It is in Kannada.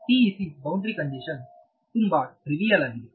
PEC ಬೌಂಡರಿ ಕಂಡೀಶನ್ ತುಂಬಾ ಟ್ರಿವಿಯಲ್ ಆಗಿದೆ